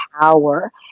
power